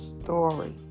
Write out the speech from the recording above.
story